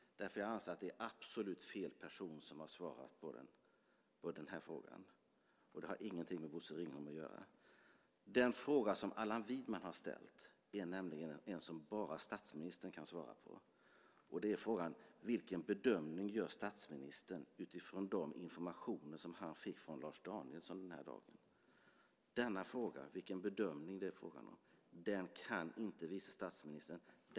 Jag anser att det är absolut fel person som har svarat på frågan. Det har ingenting med Bosse Ringholm att göra. Den fråga som Allan Widman har ställt är nämligen en som bara statsministern kan svara på. Det är frågan: Vilken bedömning gör statsministern utifrån de informationer som han fick från Lars Danielsson den här dagen? Denna fråga - vilken bedömning det är frågan om - kan inte vice statsministern svara på.